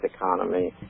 economy